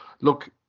look